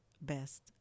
best